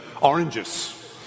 oranges